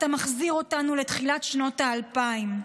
אתה מחזיר אותנו לתחילת שנות האלפיים,